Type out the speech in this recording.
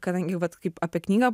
kadangi vat kaip apie knygą